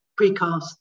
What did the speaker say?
precast